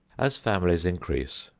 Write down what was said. as families increase,